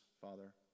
Father